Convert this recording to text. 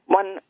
one